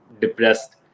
depressed